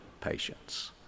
patience